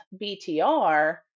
BTR